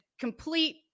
complete